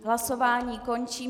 Hlasování končím.